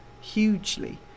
hugely